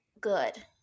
good